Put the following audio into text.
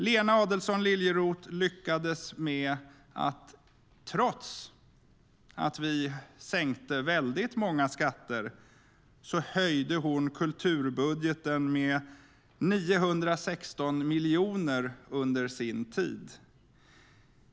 Lena Adelsohn Liljeroth lyckades höja kulturbudgeten med 916 miljoner under sin tid trots att vi sänkte väldigt många skatter.